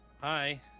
Hi